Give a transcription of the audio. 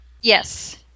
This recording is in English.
Yes